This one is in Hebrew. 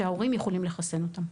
שההורים יכולים לחסן אותם.